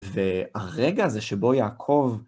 והרגע הזה שבו יעקב...